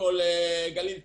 אשכול גליל תחתון,